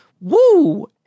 Woo